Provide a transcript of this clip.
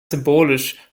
symbolisch